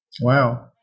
Wow